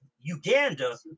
Uganda